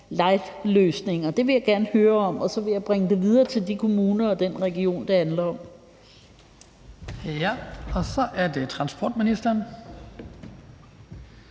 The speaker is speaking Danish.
light-løsninger. Det vil jeg gerne høre om, og så vil jeg bringe det videre til de kommuner og den region, det handler om. Kl. 18:42 Den fg. formand (Hans